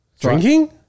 drinking